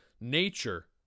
nature